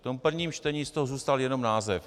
V tom prvním čtení z toho zůstal jenom název.